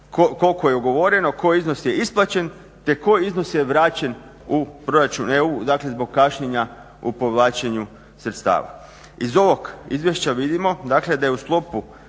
koliko je ugovoreno, koji iznos je isplaćen te koji iznos je vraćen u proračun EU zbog kašnjenja u povlačenju sredstava. Iz ovog izvješća vidimo dakle da je u sklopu